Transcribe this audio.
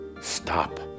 Stop